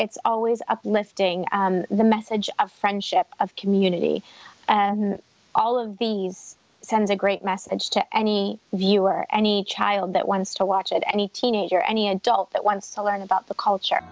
it's always uplifting the message of friendship of community all of these sends a great message to any viewer any child that wants to watch it any teenager any adult that wants to learn about the culture